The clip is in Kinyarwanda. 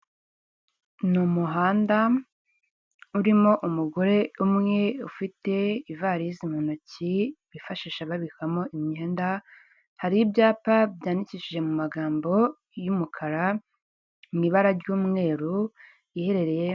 Ni umuhanda urimo umugore umwe ufite ivalizi mu ntoki bifashisha babikamo imyenda, hari ibyapa byandikishije mu magambo y'umukara, mu ibara ry'umweru iherereye...